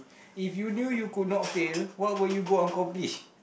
if you knew you could not fail what will you go accomplish